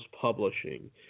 Publishing